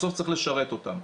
שבסוף צריך לשרת אותם.